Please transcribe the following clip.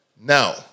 Now